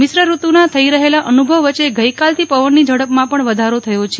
મિશ્ર ઋતુના થઈ રહેલા અનુભવ વચ્ચે ગઈકાલથી પવનની ઝડપમાં પણ વધારો થયો છે